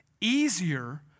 easier